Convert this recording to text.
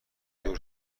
دور